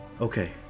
Okay